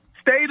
stay